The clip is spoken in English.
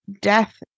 death